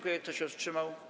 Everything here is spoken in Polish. Kto się wstrzymał?